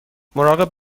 مراقب